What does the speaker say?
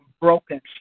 broken